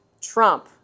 Trump